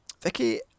Vicky